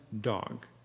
dog